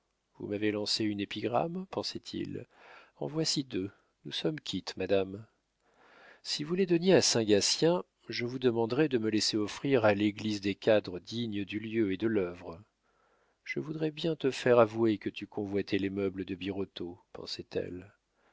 vous m'avez lancé une épigramme pensait-il en voici deux nous sommes quittes madame si vous les donniez à saint gatien je vous demanderais de me laisser offrir à l'église des cadres dignes du lieu et de l'œuvre je voudrais bien te faire avouer que tu convoitais les meubles de birotteau